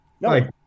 No